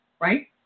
right